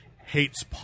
hates